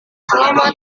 selama